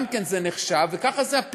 זה גם כן נחשב, וזה הפירוש.